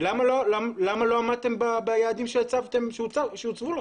למה לא עמדתם ביעדים שהוצבו לכם?